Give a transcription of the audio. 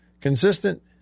Consistent